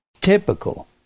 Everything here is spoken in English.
typical